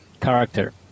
character